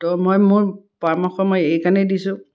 তো মই মোৰ পৰামৰ্শ মই এইকাৰণেই দিছোঁ